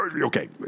Okay